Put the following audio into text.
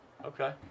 okay